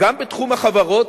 גם בתחום החברות,